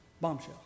Bombshell